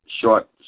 short